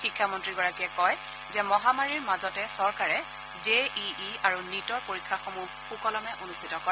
শিক্ষামন্ত্ৰীগৰাকীযে কয় যে মহামাৰীৰ মাজতে চৰকাৰে জে ই ই আৰু নীটৰ পৰীক্ষাসমূহ সুকলমে অনুষ্ঠিত কৰে